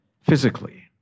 physically